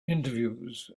interviews